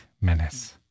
menace